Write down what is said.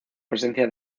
presencia